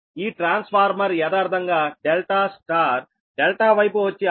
ఈ ట్రాన్స్ఫార్మర్ యదార్ధంగా ∆ Y ∆ వైపు వచ్చి 6